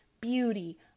beauty